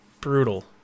brutal